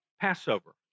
Passover